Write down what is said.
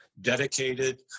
dedicated